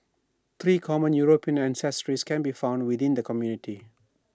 three common european ancestries can be found within the community